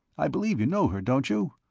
i believe you know her, don't you?